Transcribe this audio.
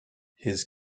his